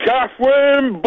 Catherine